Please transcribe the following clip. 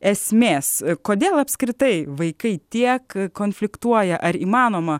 esmės kodėl apskritai vaikai tiek konfliktuoja ar įmanoma